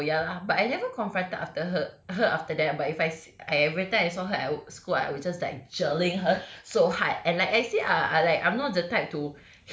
so ya lah but I never confronted after her her after that but if se~ I everytime I saw her at school I will just like jeling her so hard and like actually uh like I'm not the type to